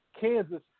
Kansas